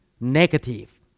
negative